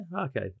okay